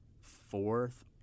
Fourth